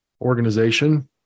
organization